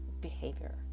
behavior